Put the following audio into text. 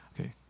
Okay